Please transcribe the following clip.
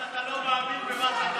שאתה לא מאמין במה שאתה אומר.